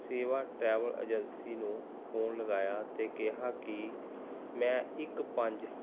ਸੇਵਾ travel agency ਨੂੰ phone ਲਗਾਇਆ ਅਤੇ ਕਿਹਾ ਕਿ ਮੈਂ ਇੱਕ ਪੰਜ